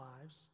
lives